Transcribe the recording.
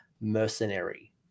mercenary